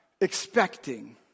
expecting